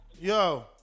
Yo